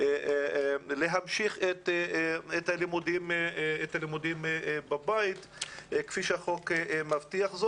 להמשיך את הלימודים בבית כפי שהחוק מבטיח.